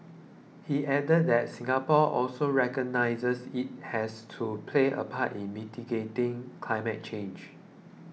he added that Singapore also recognises it has to play a part in mitigating climate change